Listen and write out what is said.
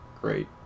great